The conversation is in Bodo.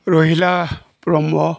रोहिल ब्रह्म